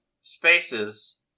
spaces